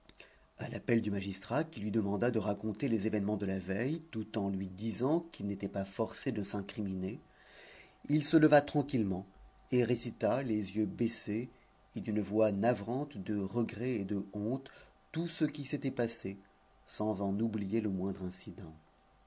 à l'appel du magistrat qui lui demanda de raconter les événements de la veille tout en lui disant qu'il n'était pas forcé de s'incriminer il se leva tranquillement et récita les yeux baissés et d'une voix navrante de regret et de honte tout ce qui s'était passé sans en oublier le moindre incident